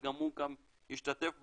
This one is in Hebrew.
וגם הוא משתתף בדיון,